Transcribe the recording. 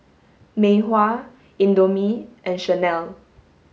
Mei Hua Indomie and Chanel